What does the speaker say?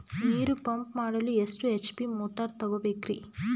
ನೀರು ಪಂಪ್ ಮಾಡಲು ಎಷ್ಟು ಎಚ್.ಪಿ ಮೋಟಾರ್ ತಗೊಬೇಕ್ರಿ?